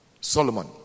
solomon